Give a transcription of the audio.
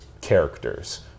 characters